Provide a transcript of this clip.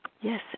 yes